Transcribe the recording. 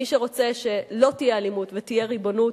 מי שרוצה שלא תהיה אלימות, ושתהיה ריבונות,